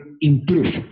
improve